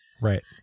right